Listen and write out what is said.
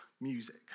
music